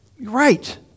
Right